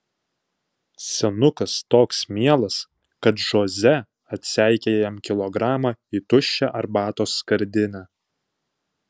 senukas toks mielas kad žoze atseikėja jam kilogramą į tuščią arbatos skardinę